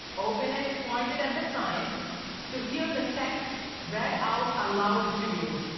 open it, point it at the sign to hear the text read out aloud to you.